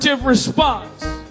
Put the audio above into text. response